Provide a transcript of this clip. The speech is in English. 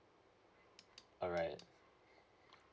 all right